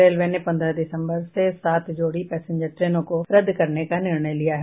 railway ने पन्द्रह दिसम्बर से सात जोड़ी पैसेंजन ट्रेनों को रद्द करने का निर्णय लिया है